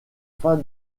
fin